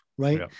right